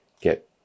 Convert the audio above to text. get